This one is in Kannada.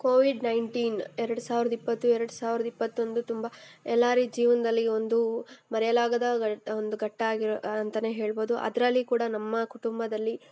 ಕೋವಿಡ್ ನೈನ್ಟೀನ್ ಎರಡು ಸಾವಿರದ ಇಪತ್ತು ಎರಡು ಸಾವಿರದ ಇಪ್ಪತ್ತೊಂದು ತುಂಬ ಎಲ್ಲರ ಜೀವನದಲ್ಲಿ ಒಂದು ಮರೆಯಲಾಗದ ಒಂದು ಘಟ್ಟ ಆಗಿರೋ ಅಂತಲೇ ಹೇಳ್ಬೋದು ಅದರಲ್ಲಿ ಕೂಡ ನಮ್ಮ ಕುಟುಂಬದಲ್ಲಿ